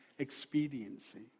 Expediency